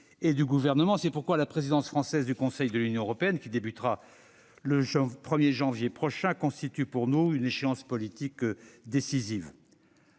et du Gouvernement. C'est pourquoi la présidence française du Conseil de l'Union européenne, qui commencera le 1 janvier prochain, constitue, pour nous, une échéance politique décisive.